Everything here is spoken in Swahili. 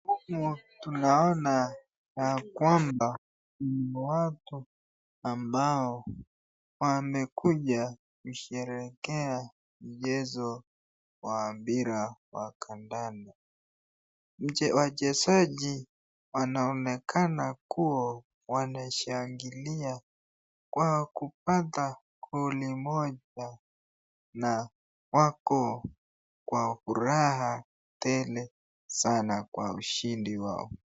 Tunaona ya kwamba watu ambao wamekuja kusherehekea jezo wa mbira wa kandani. Nje wachezaji wanaonekana kuwa wanashangilia kwa kupata goli moja na wako kwa furaha tele sana kwa ushindi wao.